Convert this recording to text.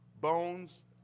bones